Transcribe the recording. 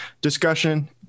discussion